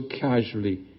casually